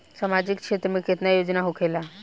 सामाजिक क्षेत्र में केतना योजना होखेला?